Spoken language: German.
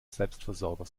selbstversorger